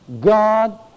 God